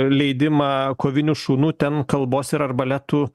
leidimą kovinių šunų ten kalbos ir arbaletų